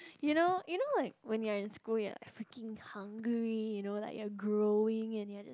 you know you know like when you are in school you are freaking hungry you know like you growing and you are just